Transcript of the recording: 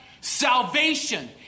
salvation